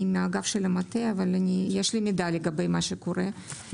אני מאגף המטה אבל יש לי מידע לגבי מה שקורה.